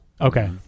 okay